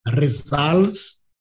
Results